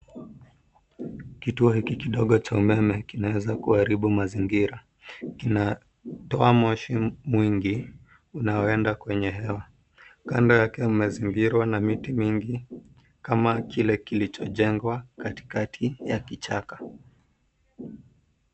Kituo hiki kidogo cha umeme kinaweza kuharibu mazingira. Kina toa moshi mwingi unaoenda kwenye hewa, kando yake kumezingirwa na miti mingi kama kile kilichojengwa katikati ya kichaka.